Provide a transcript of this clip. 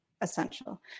essential